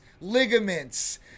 ligaments